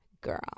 girl